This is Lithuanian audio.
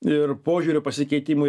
ir požiūrio pasikeitimui